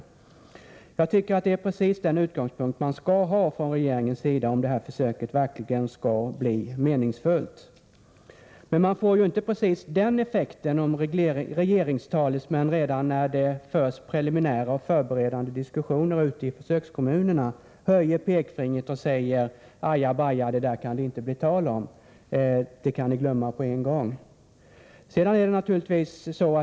Jag tycker att detta är precis den utgångspunkt regeringen bör ha om försöket verkligen skall bli meningsfullt. Man får ju inte den effekten om regeringstalesmän redan under preliminära och förberedande diskussioner i försökskommunerna höjer pekfingret och säger: Aja baja, det där kan det inte bli tal om, det kan ni glömma på en gång.